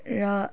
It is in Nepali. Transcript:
र